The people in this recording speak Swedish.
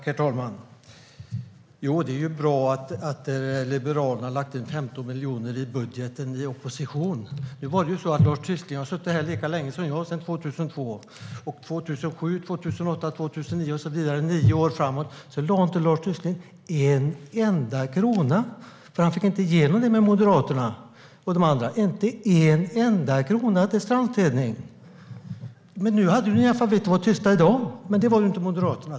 Herr talman! Det är bra att Liberalerna har avsatt 15 miljoner i budgeten i opposition. Men Lars Tysklind har suttit här lika länge som jag, sedan 2002, och under 2007 och nio år framåt lade inte Lars Tysklind en enda krona på strandstädning, för han fick inte igenom det med Moderaterna och de andra. Ni kunde ha varit tysta i dag, men det var inte Moderaterna.